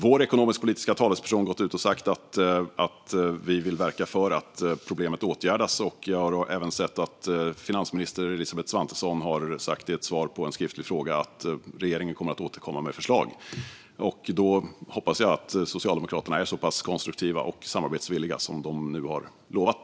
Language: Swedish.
Vår ekonomisk-politiska talesperson har gått ut och sagt att vi vill verka för att problemet åtgärdas. Jag har även sett att finansminister Elisabeth Svantesson i ett svar på en skriftlig fråga har sagt att regeringen kommer att återkomma med förslag. Jag hoppas därför att Socialdemokraterna är så pass konstruktiva och samarbetsvilliga som de nu har lovat.